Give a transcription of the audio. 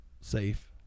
safe